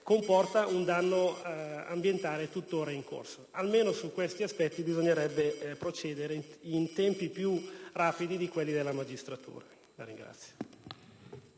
comporta un danno ambientale tuttora in corso. Almeno su questi aspetti bisognerebbe procedere con tempi più rapidi di quelli della magistratura.